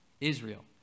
Israel